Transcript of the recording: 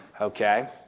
Okay